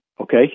okay